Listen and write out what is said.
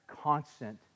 constant